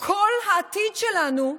כל העתיד שלנו,